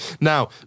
Now